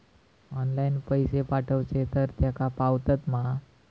Online पैसे पाठवचे तर तेका पावतत मा?